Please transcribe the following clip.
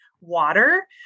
water